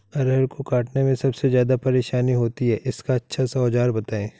अरहर को काटने में सबसे ज्यादा परेशानी होती है इसका अच्छा सा औजार बताएं?